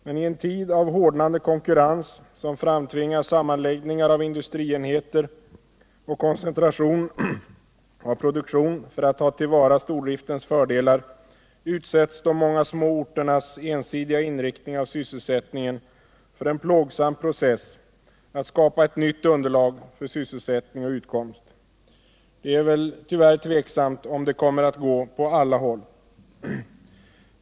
Men i en tid av hårdnande konkurrens, som framtvingar sammanläggningar av industrienheter och koncentration av produktion för att ta till vara stordriftens fördelar, utsätts de många små orternas ensidiga inriktning av sysselsättningen för en plågsam process att skapa ett nytt underlag för sysselsättning och utkomst. Det är väl tyvärr tveksamt om det kommer att gå på alla håll.